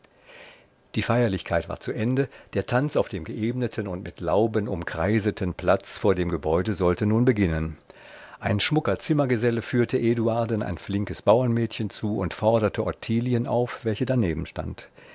die feierlichkeit war zu ende der tanz auf dem geebneten und mit lauben umkreiseten platze vor dem gebäude sollte nun angehen ein schmucker zimmergeselle führte eduarden ein flinkes bauermädchen zu und forderte ottilien auf welche danebenstand